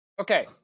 Okay